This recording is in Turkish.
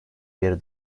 bir